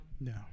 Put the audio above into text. no